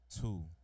two